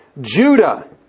Judah